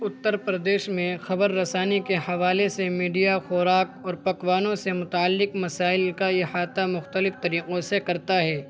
اتر پردیش میں خبر رسانی کے حوالے سے میڈیا خوراک اور پکوانوں سے متعلق مسائل کا احاطہ مختلف طریقوں سے کرتا ہے